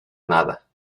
nada